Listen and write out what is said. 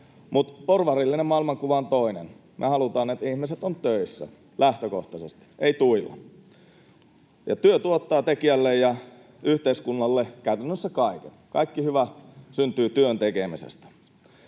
Mutta porvarillinen maailmankuva on toinen. Me halutaan, että ihmiset ovat lähtökohtaisesti töissä, ei tuilla. Työ tuottaa tekijälleen ja yhteiskunnalle käytännössä kaiken. Kaikki hyvä syntyy työn tekemisestä.